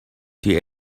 die